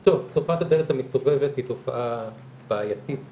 טוב, תופעת הדלת המסתובבת היא תופעה בעייתית